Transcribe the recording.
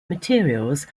materials